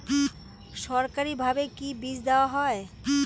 সরকারিভাবে কি বীজ দেওয়া হয়?